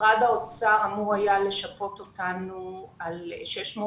משרד האוצר היה אמור לשפות אותנו בסכום של